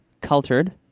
cultured